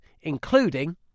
including